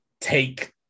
take